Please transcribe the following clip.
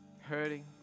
hurting